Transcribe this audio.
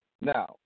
Now